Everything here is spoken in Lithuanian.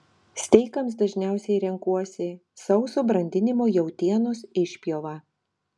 steikams dažniausiai renkuosi sauso brandinimo jautienos išpjovą